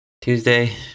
Tuesday